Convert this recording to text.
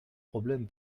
problème